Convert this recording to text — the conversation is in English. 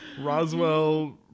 Roswell